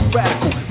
radical